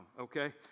Okay